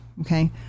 okay